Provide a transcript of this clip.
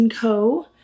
Co